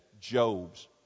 Job's